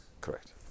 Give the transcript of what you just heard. Correct